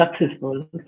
successful